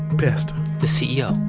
pissed the ceo?